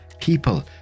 people